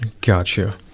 Gotcha